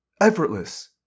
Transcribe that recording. Effortless